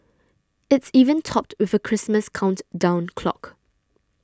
it's even topped with a Christmas countdown clock